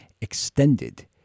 extended